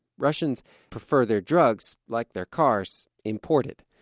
russians prefer their drugs, like their cars, imported.